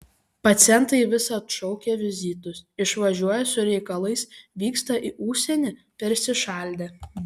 pacientai vis atšaukia vizitus išvažiuoją su reikalais vykstą į užsienį persišaldę